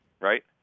right